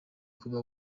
kuba